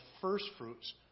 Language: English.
firstfruits